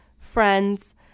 friends